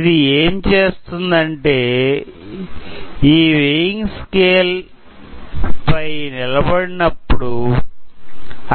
ఇది ఏమి చేస్తుందంటే ఈ వెయింగ్ స్కేల్ పై నిలబడినప్పుడు